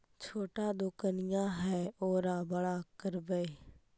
छोटा दोकनिया है ओरा बड़ा करवै?